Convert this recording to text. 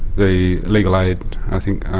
the, legal aid, i think,